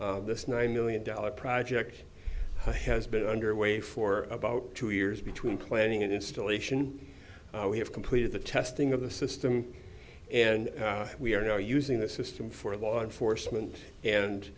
county this nine million dollars project has been underway for about two years between planning and installation we have completed the testing of the system and we are now using the system for law enforcement and